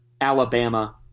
Alabama